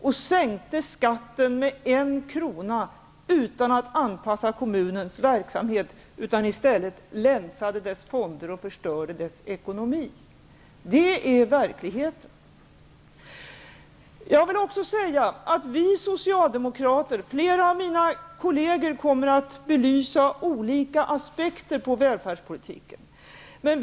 De sänkte skatten med en krona utan att anpassa kommunens verksamhet. I stället länsade man dess fonder och förstörde dess ekonomi. Det är verkligheten. Flera av mina kolleger kommer att belysa olika aspekter på välfärdspolitiken.